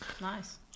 Nice